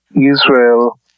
Israel